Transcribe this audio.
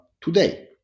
today